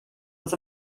was